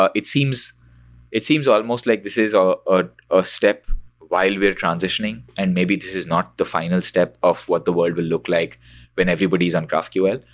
ah it seems it seems almost like this is a ah ah step while we're transitioning, and maybe this is not the final step of what the world will look like when everybody is on graphql,